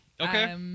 Okay